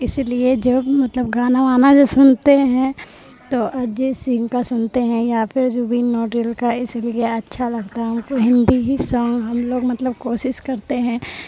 اسی لیے جب مطلب گانا وانا جو سنتے ہیں تو ارجیت سنگھ کا سنتے ہیں یا پھر زبین نوڈل کا اس لیے اچھا لگتا ہے ان کو ہندی ہی سانگ ہم لوگ مطلب کوشش کرتے ہیں